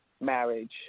marriage